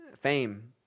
fame